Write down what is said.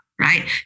right